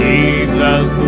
Jesus